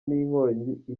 n’inkongi